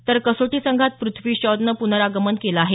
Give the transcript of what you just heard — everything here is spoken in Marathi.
तर कसोटी संघात प्रथ्वी शॉ ने प्नरागमन केलं आहे